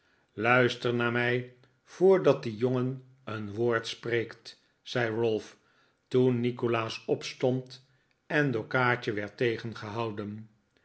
luister naar mij voordat die jongen een woord spreekt zei ralph toen nikolaas opstond en door kaatje werd tegengehouden